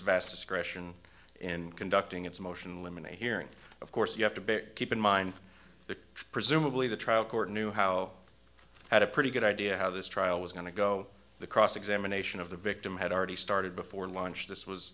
vast discretion in conducting its motion in limine a hearing of course you have to big keep in mind the presumably the trial court knew how i had a pretty good idea how this trial was going to go the cross examination of the victim had already started before launch this was